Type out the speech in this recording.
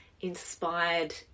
inspired